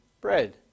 bread